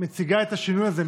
מציגה את השינוי הזה,